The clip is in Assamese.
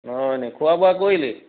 হয় নেকি খোৱা বোৱা কৰিলি